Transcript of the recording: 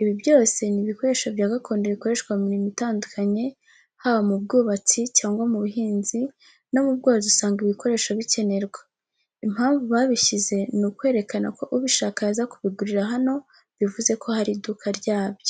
Ibi byose ni ibikoresho bya gakondo bikoreshwa mu mirimo itandukanye, haba mu bwubatsi cyangwa mu buhinzi no mu bworozi usanga ibi bikoresho bikenerwa. Impamvu babishyize ni ukwerekana ko ubishaka yaza kubigurira hano bivuze ko hari iduka ryabyo.